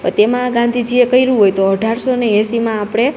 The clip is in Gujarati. હવે તેમાં ગાંધીજીએ કઈરું હોય તો અઢારસો ને એંસીમાં આપડે